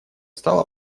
стала